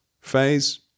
phase